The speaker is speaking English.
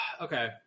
Okay